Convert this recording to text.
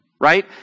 right